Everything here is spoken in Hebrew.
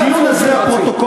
אל, באמת.